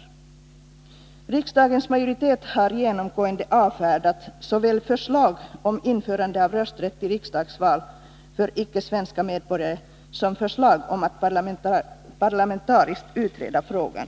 27 Riksdagens majoritet har genomgående avfärdat såväl förslag om införande av rösträtt i riksdagsval för icke svenska medborgare som förslag om att parlamentariskt utreda frågan.